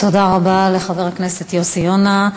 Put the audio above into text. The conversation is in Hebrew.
תודה רבה לחבר הכנסת יוסי יונה.